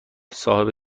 صاحب